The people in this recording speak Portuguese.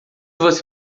você